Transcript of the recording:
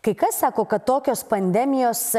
kai kas sako kad tokios pandemijos